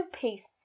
peace